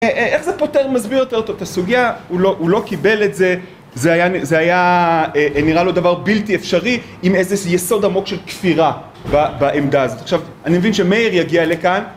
איך זה פותר מסביר יותר טוב את הסוגיה הוא לא קיבל את זה, זה היה נראה לו דבר בלתי אפשרי עם איזה יסוד עמוק של כפירה בעמדה הזאת. עכשיו אני מבין שמאיר יגיע לכאן